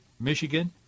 Michigan